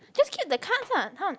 just keep the cards lah come